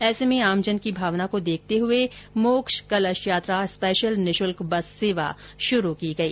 ऐसे में आमजन की भावना को देखते हुए मोक्ष कलश यात्रा स्पेशल निःशुल्क बस सेवा शुरू की गई